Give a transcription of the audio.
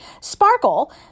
sparkle